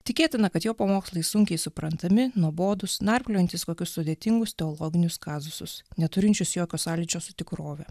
tikėtina kad jo pamokslai sunkiai suprantami nuobodūs narpliojantys kokius sudėtingus teologinius kazusus neturinčius jokio sąlyčio su tikrove